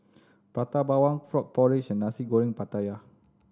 Prata Bawang frog porridge and Nasi Goreng Pattaya